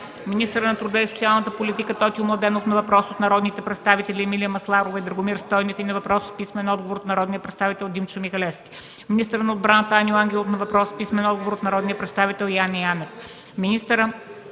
министърът на труда и социалната политика Тотю Младенов – на въпрос от народните представители Емилия Масларова и Драгомир Стойнев и на въпрос с писмен отговор от народния представител Димчо Михалевски; - министърът на отбраната Аню Ангелов – на въпрос с писмен отговор от народния представител Яне Янев;